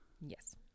Yes